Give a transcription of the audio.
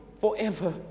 forever